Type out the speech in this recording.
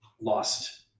lost